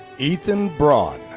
ethan braun.